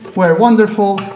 we're wonderful.